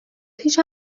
پیش